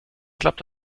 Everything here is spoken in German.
klappt